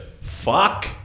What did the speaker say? fuck